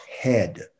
head